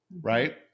right